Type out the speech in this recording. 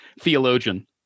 theologian